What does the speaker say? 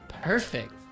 Perfect